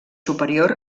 superior